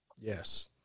Yes